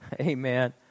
amen